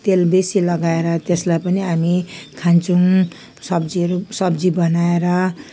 तेल बेसी लगाएर त्यसलाई पनि हामी खान्छौँ सब्जीहरू सब्जी बनाएर